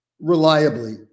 reliably